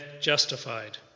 justified